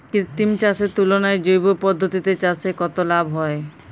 কৃত্রিম চাষের তুলনায় জৈব পদ্ধতিতে চাষে কত লাভ হয়?